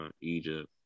Egypt